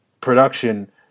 production